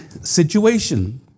situation